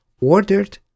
ordered